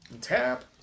Tap